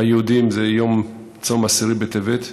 ליהודים זה יום צום עשרה בטבת.